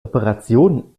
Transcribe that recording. operationen